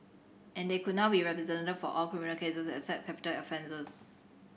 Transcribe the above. and they could now be represented for all criminal cases except capital offences